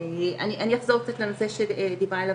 יעברו כריתת שד מיותרת,